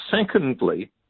secondly